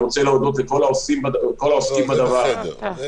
אני רוצה להודות לכל העוסקים בדבר -- זה בסדר.